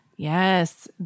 Yes